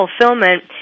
fulfillment